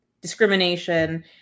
discrimination